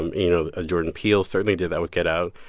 um you know, jordan peele certainly did that with get out.